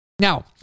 Now